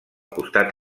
costat